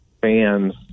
fans